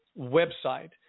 website